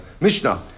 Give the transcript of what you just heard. Mishnah